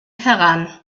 heran